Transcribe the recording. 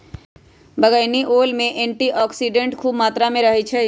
बइगनी ओल में एंटीऑक्सीडेंट्स ख़ुब मत्रा में रहै छइ